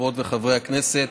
חברות וחברי הכנסת,